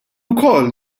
ukoll